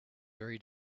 very